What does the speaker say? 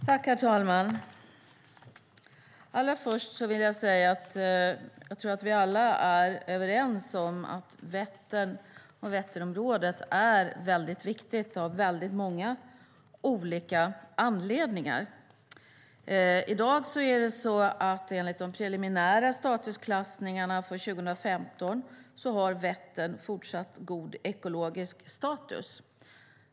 Herr talman! Allra först vill jag säga att jag tror att vi alla är överens om att Vättern och Vätternområdet är väldigt viktigt av många olika anledningar. Enligt de preliminära statusklassningarna för 2015 har Vättern i dag fortsatt god ekologisk status.